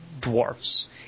dwarfs